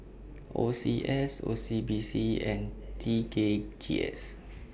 O C S O C B C and T K G S